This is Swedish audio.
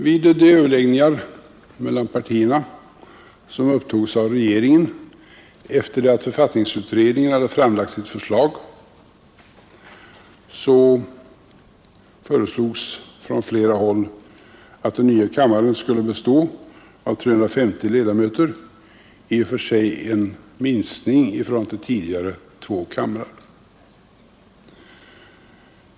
Vid de överläggningar mellan partierna som upptogs av regeringen efter det att författningsutredningen hade framlagt sitt förslag föreslogs från flera håll att den nya kammaren skulle bestå av 350 ledamöter, i och för sig en minskning i förhållande till de tidigare två kamrarna.